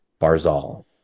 Barzal